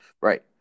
Right